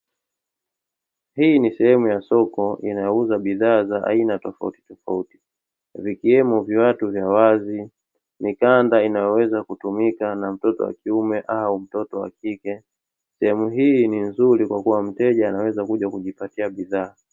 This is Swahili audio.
Hii ni sehemu ya soko inayouza bidhaa za aina tofautitofauti, zikiwemo viatu vya wazi, mikanda inayoweza kutumika na mtoto wa kiume, au mtoto wa kike. Sehemu hii ni nzuri kwa kua mteja anaweza kuja kujipatia bidhaa.